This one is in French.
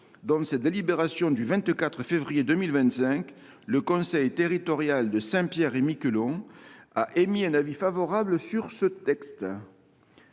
Dans sa délibération du 24 février 2025, le conseil territorial de Saint Pierre et Miquelon a émis un avis favorable sur ce texte.